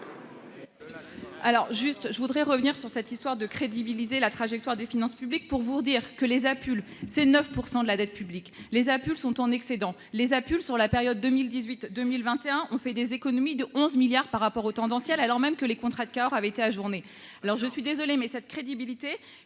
Alors juste je voudrais revenir sur cette histoire de crédibiliser la trajectoire des finances publiques pour vous dire que les APUL, c'est 9 % de la dette publique, les APUL sont en excédent les APUL sur la période 2018, 2021, on fait des économies de 11 milliards par rapport aux tendanciel alors même que les contrats de corps avait été ajourné, alors je suis désolé mais cette crédibilité